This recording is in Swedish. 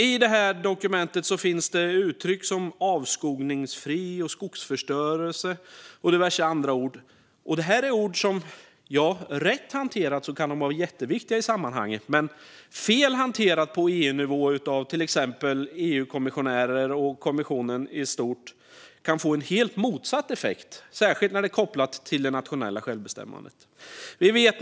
I dokumentet finns uttryck som avskogningsfri, skogsförstörelse och diverse andra ord. Det är ord som rätt hanterade kan vara jätteviktiga i sammanhanget. Men fel hanterade på EU-nivå av till exempel EU-kommissionärer och kommissionen i stort kan de få helt motsatt effekt, särskilt när de är kopplade till det nationella självbestämmandet.